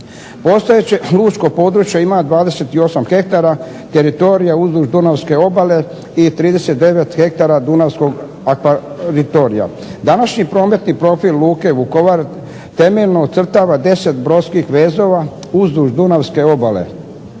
Postojeće lučko područje ima 28 hektara teritorija uzduž dunavske obale i 39 hektara dunavskog akvatorija. Današnji prometni profil Luke Vukovar temeljno ocrtava 10 brodskih vezova uzduž dunavske obale.